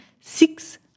six